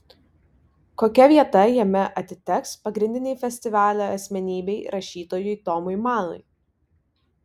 kokia vieta jame atiteks pagrindinei festivalio asmenybei rašytojui tomui manui